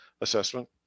assessment